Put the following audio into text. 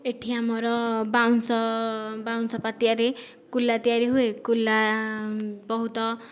ଏଠି ଆମର ବାଉଁଶ ବାଉଁଶ ପାତିଆରେ କୁଲା ତିଆରି ହୁଏ କୁଲା ବହୁତ